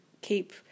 keep